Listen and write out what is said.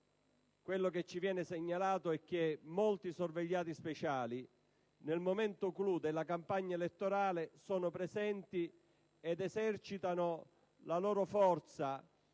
numerosi territori, e cioè che molti sorvegliati speciali nel momento *clou* della campagna elettorale sono presenti ed esercitano la loro forza